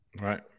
Right